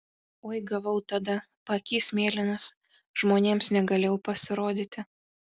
oi gavau tada paakys mėlynas žmonėms negalėjau pasirodyti